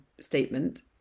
statement